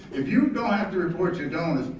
if you don't have to report your donors,